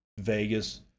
Vegas